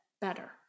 better